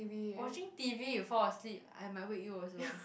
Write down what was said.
watching t_v you fall asleep I might wake you also